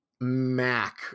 mac